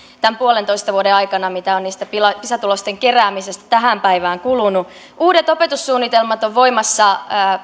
tämän puolentoista vuoden aikana mikä on siitä pisa tulosten keräämisestä tähän päivään kulunut uudet opetussuunnitelmat ovat voimassa